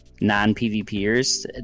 non-PVPers